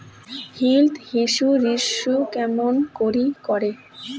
Health insurance কেমন করি করে?